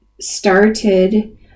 started